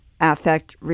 affect